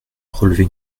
relever